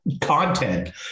content